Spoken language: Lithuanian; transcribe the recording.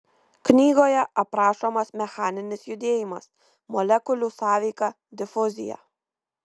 knygoje aprašomas mechaninis judėjimas molekulių sąveika difuzija